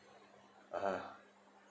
(uh huh)